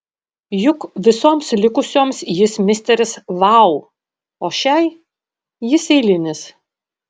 juk visoms likusioms jis misteris vau o šiai jis eilinis